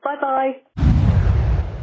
Bye-bye